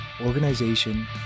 organization